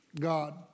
God